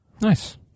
nice